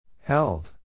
Held